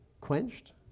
quenched